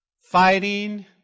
fighting